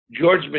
George